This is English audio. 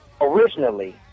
originally